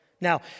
Now